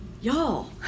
Y'all